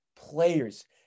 players